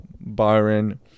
Byron